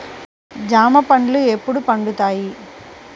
జామ పండ్లు ఎప్పుడు పండుతాయి?